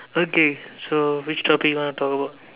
okay so which topic you want to talk about